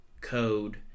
code